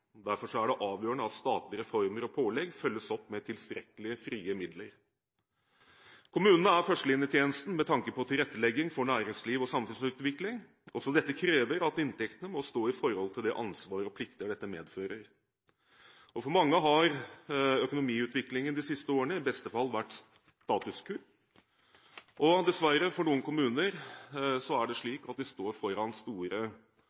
Derfor er det avgjørende at statlige reformer og pålegg følges opp med tilstrekkelige frie midler. Kommunene er førstelinjetjenesten med tanke på tilrettelegging for næringsliv og samfunnsutvikling. Også dette krever at inntektene må stå i forhold til det ansvaret og de plikter dette medfører. For mange har økonomiutviklingen de siste årene i beste fall vært status quo, og dessverre er det slik for noen kommuner at de står foran store